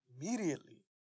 immediately